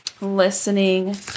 listening